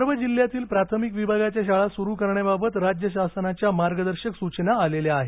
सर्व जिल्ह्यातील प्राथमिक विभागाच्या शाळा सुरू करण्याबाबत राज्य शासनाच्या मार्गदर्शक सूचना आलेल्या आहेत